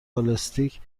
بالستیک